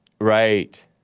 Right